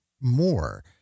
more